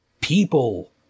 people